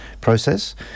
process